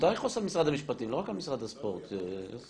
תיכף משרד הספורט יאמר את